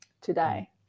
today